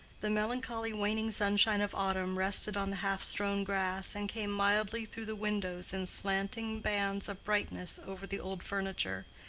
the melancholy waning sunshine of autumn rested on the half-strown grass and came mildly through the windows in slanting bands of brightness over the old furniture,